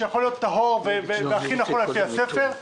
שיכול להיות טהור והכי נכון לפי הספר,